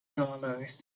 dollars